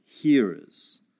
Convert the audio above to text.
hearers